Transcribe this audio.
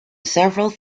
several